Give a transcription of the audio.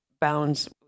bounds